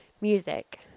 music